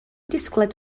disgled